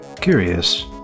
curious